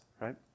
right